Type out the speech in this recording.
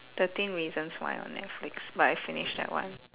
thirteen reasons why on netflix but I finished that one